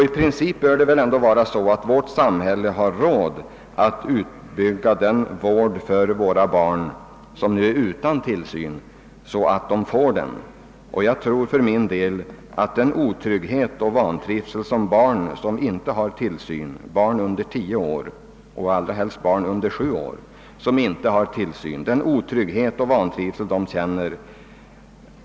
I princip bör vårt samhälle ha råd att utbygga tillsynen så att den räcker också för de barn som nu är utan. Barn under tio år och allra helst under sju år som saknar tillsyn måste känna både otrygghet och vantrivsel.